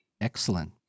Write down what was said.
Excellent